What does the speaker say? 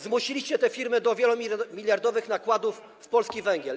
Zmusiliście te firmy do wielomiliardowych nakładów na polski węgiel.